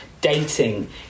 dating